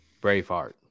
Braveheart